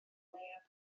leia